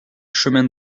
chemin